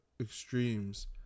extremes